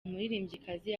umuririmbyikazi